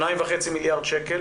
2.5 מיליארד שקל